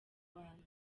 rwanda